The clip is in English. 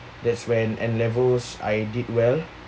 that's when N levels I did well